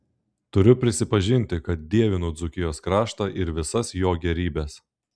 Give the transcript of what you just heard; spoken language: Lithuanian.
turiu prisipažinti kad dievinu dzūkijos kraštą ir visas jo gėrybes